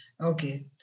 okay